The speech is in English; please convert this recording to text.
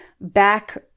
back